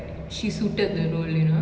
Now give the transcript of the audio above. she suited the role you know